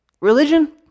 Religion